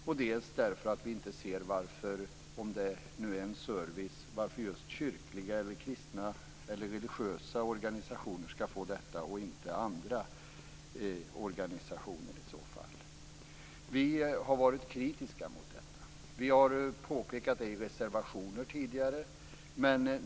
Vi ser inte heller, om det nu är en service, varför just kyrkliga eller religiösa organisationer skall få denna och i så fall inte andra organisationer. Vi har varit kritiska mot detta. Vi har påpekat det i reservationer tidigare.